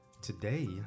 Today